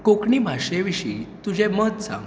कोंकणी भाशे विशयी तुजें मत सांग